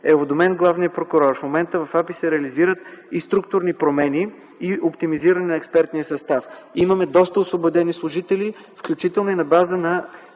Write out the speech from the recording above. уведомен главният прокурор. В момента в АПИ се реализират и структурни промени, и оптимизиране на експертния състав. Има доста освободени служители, включително на база на